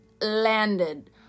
landed